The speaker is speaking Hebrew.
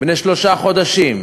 בני שלושה חודשים,